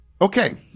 Okay